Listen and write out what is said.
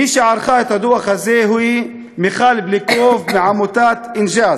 מי שערכה את הדוח הזה היא מיכל בליקוף מעמותת "אינג'אז".